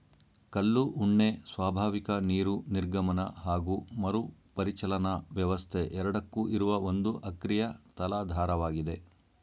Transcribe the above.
ಕಲ್ಲು ಉಣ್ಣೆ ಸ್ವಾಭಾವಿಕ ನೀರು ನಿರ್ಗಮನ ಹಾಗು ಮರುಪರಿಚಲನಾ ವ್ಯವಸ್ಥೆ ಎರಡಕ್ಕೂ ಇರುವ ಒಂದು ಅಕ್ರಿಯ ತಲಾಧಾರವಾಗಿದೆ